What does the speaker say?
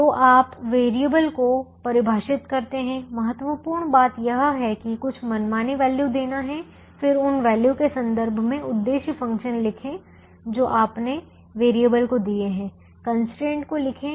तो आप वेरिएबल को परिभाषित करते हैं महत्वपूर्ण बात यह है कि कुछ मनमानी वैल्यू देना है फिर उन वैल्यू के संदर्भ में उद्देश्य फ़ंक्शन लिखें जो आपने वेरिएबल को दिए हैं कंस्ट्रेंट को लिखें